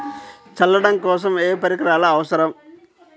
చల్లడం కోసం ఏ పరికరాలు అవసరం?